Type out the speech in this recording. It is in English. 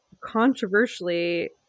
controversially